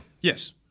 Yes